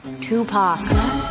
Tupac